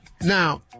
Now